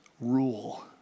rule